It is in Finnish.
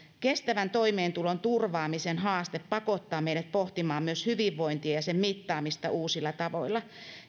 kestävän toimeentulon turvaamisen haaste pakottaa meidät pohtimaan myös hyvinvointia ja sen mittaamista uusilla tavoilla